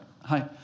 Hi